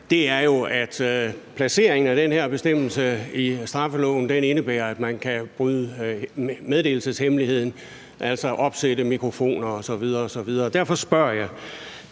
er, at placeringen af den her bestemmelse i straffeloven indebærer, at man kan bryde meddelelseshemmeligheden, altså opsætte mikrofoner osv. osv. Derfor spørger jeg: